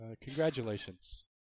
Congratulations